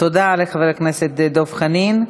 תודה לחבר הכנסת דב חנין.